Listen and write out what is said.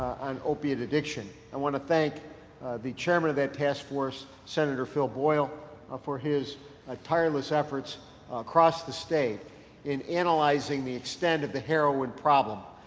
on opiate addiction. i want to thank the chairman of that task force senator phil boyle for his tireless efforts across the state in analyzing the extend of the heroin problem.